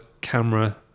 camera